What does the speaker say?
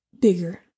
bigger